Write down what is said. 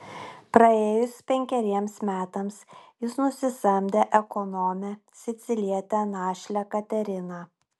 praėjus penkeriems metams jis nusisamdė ekonomę sicilietę našlę kateriną